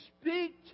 speak